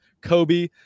Kobe